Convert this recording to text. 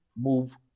move